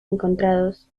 encontrados